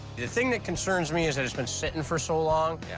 the thing that concerns me is that it's been sitting for so long. yeah